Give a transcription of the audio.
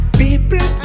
people